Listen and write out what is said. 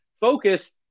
focus